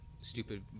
stupid